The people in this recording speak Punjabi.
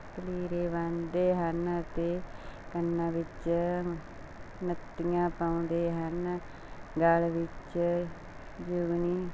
ਕਲੀੜੇ ਬੰਨ੍ਹਦੇ ਹਨ ਅਤੇ ਕੰਨਾਂ ਵਿੱਚ ਨੱਤੀਆਂ ਪਾਉਂਦੇ ਹਨ ਗਲ਼ ਵਿੱਚ ਜੁਗਨੀ